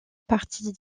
partie